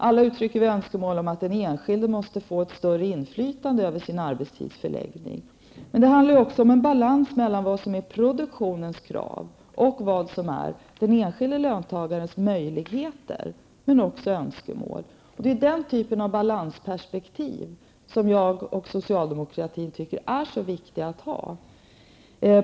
Alla uttrycker vi önskemål om att den enskilde måste få ett större inflytande över sin arbetstidsförläggning. Men det handlar också om en balans mellan produktionens krav och den enskilde löntagarens möjligheter och även önskemål. Det är den typen av balansperspektiv som socialdemokratin tycker är så viktiga.